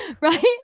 right